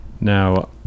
Now